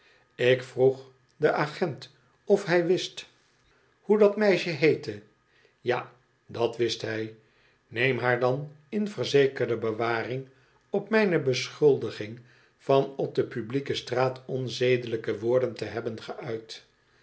ik vroeg den agent of hij wist hoe dat meisje heette ja dat wist hij neem haar dan in verzekerde bewaring op mijne beschuldiging van op de publieke straat onzedelijke woorden te hebben geuit